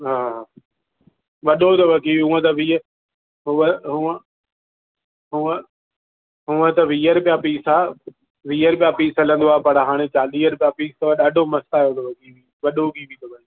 हा वॾो अथव कीवी हूअं त वीह हूअं हूअं हूअं वीह रुपिया पीस आहे वीह रुपिया पीस हलंदो आहे पर हाणे चालीह रुपिया पीस अथव ॾाढो मस्तु आयो अथव वॾो कीवी अथव